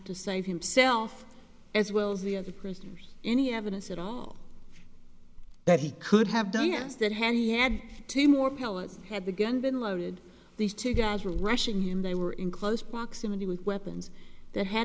to save himself as well as the other prisoners any evidence at all that he could have done yes that hand he had two more pellets had the gun been loaded these two guys were rushing him they were in close proximity with weapons that had